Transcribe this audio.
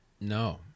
No